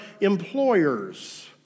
employers